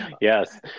yes